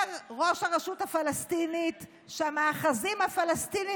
אומר ראש הרשות הפלסטינית שהמאחזים הפלסטינים